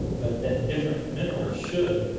but that different minerals should,